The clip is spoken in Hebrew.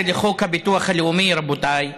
אוקיי.